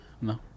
No